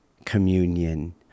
Communion